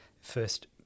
first